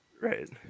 Right